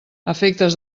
efectes